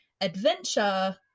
adventure